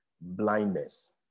blindness